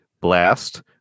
Blast